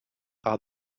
are